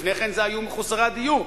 לפני כן אלה היו מחוסרי הדיור,